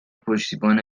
پشتیبان